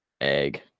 Egg